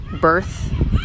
birth